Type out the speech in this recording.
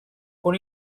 con